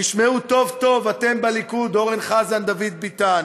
תשמעו טוב טוב, אתם בליכוד, אורן חזן, דוד ביטן,